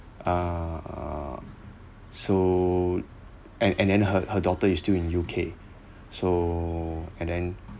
uh so and and then her her daughter is still in U_K so and then